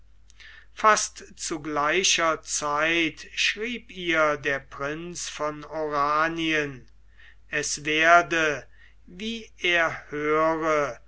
fast zu gleicher zeit schrieb ihr der prinz von oranien es werde wie er höre